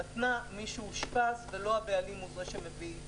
מישהו שאושפז ולא הבעלים הוא זה שאוסף את החיה.